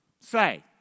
Say